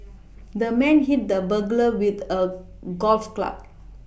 the man hit the burglar with a golf club